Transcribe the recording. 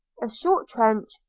a short trench,